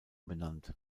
benannt